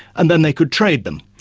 and then they could trade them.